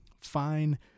Fine